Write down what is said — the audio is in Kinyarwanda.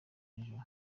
nijoro